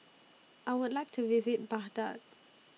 I Would like to visit Baghdad